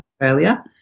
Australia